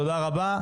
תודה רבה.